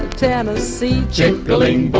tennessee check billing